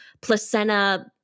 placenta